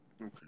Okay